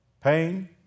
pain